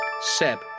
Seb